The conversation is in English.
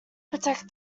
protect